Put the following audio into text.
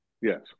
Yes